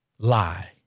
lie